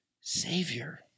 savior